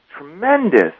tremendous